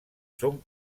són